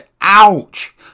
ouch